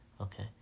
Okay